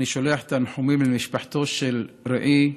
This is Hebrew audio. אני שולח תנחומים למשפחתו של רעי,